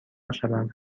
شوند